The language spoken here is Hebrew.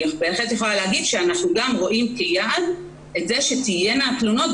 אני בהחלט יכולה להגיד שאנחנו רואים כיעד גם את זה שתהיינה תלונות.